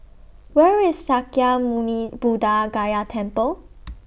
Where IS Sakya Muni Buddha Gaya Temple